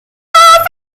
far